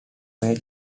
one